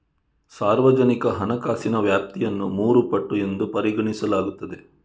ಸಾರ್ವಜನಿಕ ಹಣಕಾಸಿನ ವ್ಯಾಪ್ತಿಯನ್ನು ಮೂರು ಪಟ್ಟು ಎಂದು ಪರಿಗಣಿಸಲಾಗುತ್ತದೆ